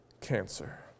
cancer